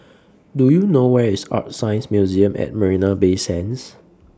Do YOU know Where IS ArtScience Museum At Marina Bay Sands